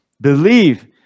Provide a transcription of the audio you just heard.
believe